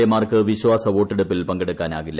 എമാർക്ക് വിശ്വാസവോട്ടെടുപ്പിൽ പങ്കെടുക്കാനാകില്ല